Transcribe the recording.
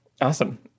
Awesome